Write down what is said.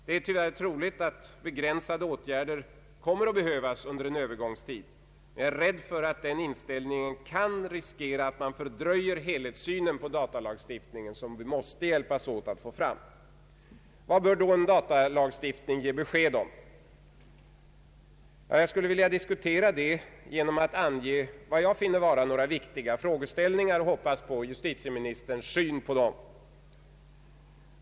Det är tyvärr troligt att begränsade åtgärder under en övergångsperiod kommer att behövas, men jag är rädd för att den inställningen ytterligare skulle fördröja en helhetssyn på datalagstiftningen, som vi måste hjälpas åt att få fram. Vad bör en datalagstiftning ge besked om? Jag skuile vilja diskutera det genom att ange några viktiga frågeställningar och hoppas på justitieministerns syn på dem.